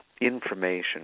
information